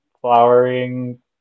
flowering